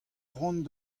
cʼhoant